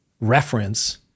reference